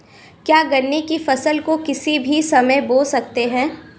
क्या गन्ने की फसल को किसी भी समय बो सकते हैं?